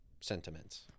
sentiments